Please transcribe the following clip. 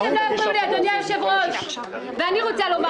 אדוני היושב-ראש, אני רוצה שלא יפריעו לי.